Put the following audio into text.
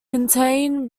contain